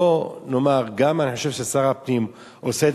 בוא ונאמר: אני חושב ששר הפנים עושה את